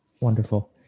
Wonderful